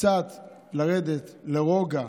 קצת לרדת לרוגע,